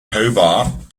hobart